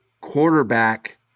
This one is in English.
quarterback